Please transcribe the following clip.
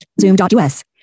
Zoom.us